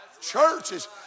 Churches